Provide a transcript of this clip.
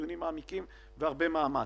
"דיונים מעמקים" ו"הרבה מאמץ",